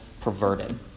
perverted